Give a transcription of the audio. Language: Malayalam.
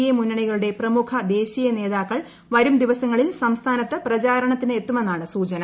എ മുന്നണികളുടെ പ്രമുഖ ദേശീയ നേതാക്കൾ വരും ദിവസങ്ങളിൽ സംസ്ഥാനത്ത് പ്രചാരണത്തിന് എത്തുമെന്നാണ് സൂചന